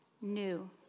new